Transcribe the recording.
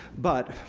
but,